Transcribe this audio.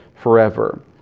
forever